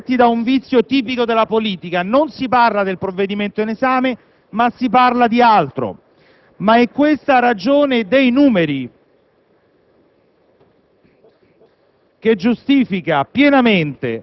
Spesso i nostri dibattiti, signor Presidente, sono affetti da un vizio tipico della politica: non si parla del documento in esame, ma di altro. Ma è questa ragione dei numeri